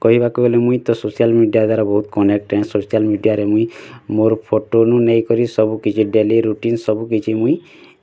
କହିବାକୁ ଗଲେ ମୁଇଁ ତ ସୋସିଆଲ୍ ମିଡ଼ିଆ ଦ୍ଵାରା ବହୁତ କନେକ୍ଟ ସୋସିଆଲ୍ ମିଡ଼ିଆରେ ମୁଇଁ ମୋର୍ ଫଟୋ ନୁ ନେଇ କରି ସବୁ କିଛି ଡେଲି ରୁଟିନ୍ ସବୁ କିଛି ମୁଇଁ